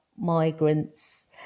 migrants